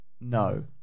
no